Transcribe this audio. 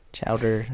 Chowder